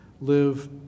live